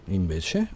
invece